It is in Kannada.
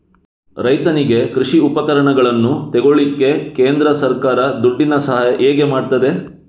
ರೈತನಿಗೆ ಕೃಷಿ ಉಪಕರಣಗಳನ್ನು ತೆಗೊಳ್ಳಿಕ್ಕೆ ಕೇಂದ್ರ ಸರ್ಕಾರ ದುಡ್ಡಿನ ಸಹಾಯ ಹೇಗೆ ಮಾಡ್ತದೆ?